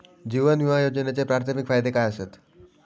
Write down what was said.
जीवन विमा योजनेचे प्राथमिक फायदे काय आसत?